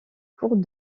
cours